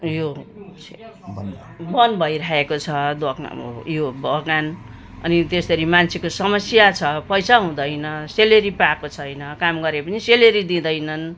यो बन्द भइराखेको छ दोकान यो बगान अनि त्यसरी मान्छेको समस्या छ पैसा हुँदैन स्यालरी पाएको छैन काम गरे पनि स्यालरी दिँदैनन्